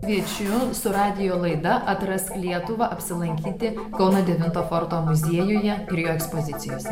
kviečiu su radijo laida atrask lietuvą apsilankyti kauno devinto forto muziejuje ir jo ekspozicijose